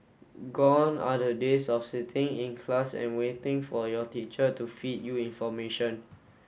gone are the days of sitting in class and waiting for your teacher to feed you information